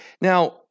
Now